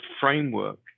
framework